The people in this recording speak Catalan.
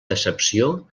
decepció